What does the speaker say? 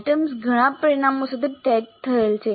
items ઘણા પરિમાણો સાથે ટેગ થયેલ છે